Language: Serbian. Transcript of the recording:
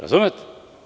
Razumete?